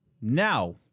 Now